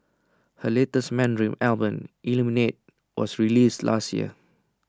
her latest Mandarin Album Illuminate was released last year